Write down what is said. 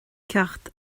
ceacht